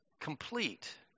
complete